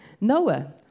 Noah